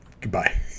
goodbye